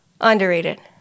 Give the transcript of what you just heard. underrated